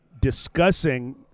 discussing